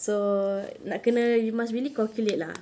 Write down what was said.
so nak kena you must really calculate lah